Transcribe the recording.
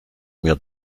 mir